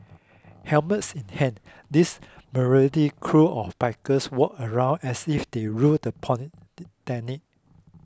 helmets in hands these motley crew of bikers walked around as if they ruled the polytechnic